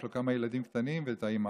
יש לו כמה ילדים קטנים ואת האימהות,